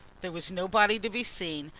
there was nobody to be seen,